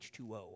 H2O